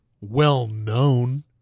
well-known